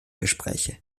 gespräche